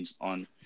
on